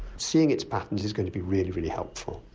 seeing its patterns is going to be really, really helpful.